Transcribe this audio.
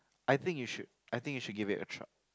I think you should I think you should give it a try